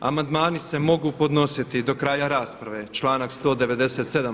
Amandmani se mogu podnositi do kraja rasprave, članak 197.